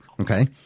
okay